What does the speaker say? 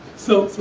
so,